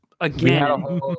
again